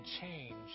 change